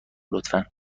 لطفا